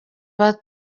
bana